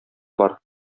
бар